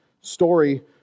story